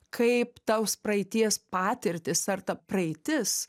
kaip taus praeities patirtys ar ta praeitis